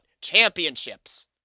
championships